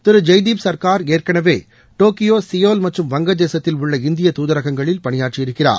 திரு ஜெய்தீப் சா்காா் ஏற்கனவே Tokyo Seoul மற்றும் வங்கதேசத்தில் உள்ள இந்திய தூதரகங்களில் பணியாற்றியிருக்கிறார்